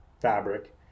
fabric